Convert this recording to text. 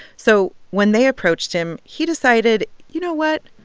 so when they approached him, he decided, you know what?